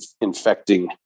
infecting